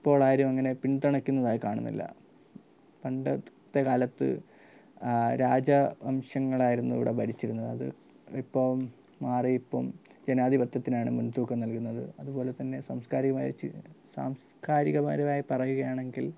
ഇപ്പോൾ ആരും അങ്ങനെ പിന്തുണയ്ക്കുന്നതായി കാണുന്നില്ല പണ്ട ത്തെ കാലത്ത് രാജ വംശങ്ങളായിരുന്നു ഇവിടെ ഭരിച്ചിരുന്നത് അത് ഇപ്പം മാറി ഇപ്പം ജനാധിപത്യത്തിനാണ് മുൻതൂക്കം നൽകുന്നത് അതുപോലെ തന്നെ സംസ്കാരികമായി ചി സാംസ്കാരികപരമായി പറയുകയാണെങ്കിൽ